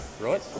right